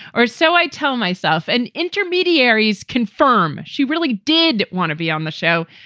or so i tell myself. and intermediaries confirm she really did want to be on the show,